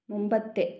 മുമ്പത്തെ